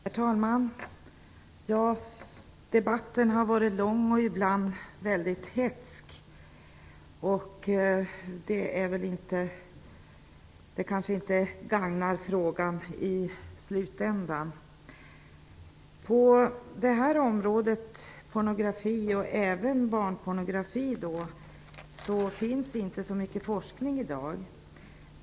Herr talman! Debatten har varit lång och ibland väldigt hätsk. Det kanske inte gagnar frågan i slutänden. På området pornografi, även barnpornografi, finns i dag inte så mycket forskning.